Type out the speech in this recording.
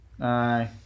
Aye